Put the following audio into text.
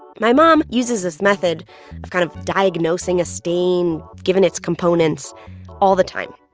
my mom uses this method of kind of diagnosing a stain given its components all the time.